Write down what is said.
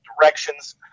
directions